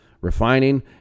refining